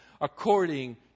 according